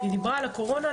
היא דיברה על הקורונה,